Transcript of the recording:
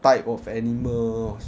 type of animal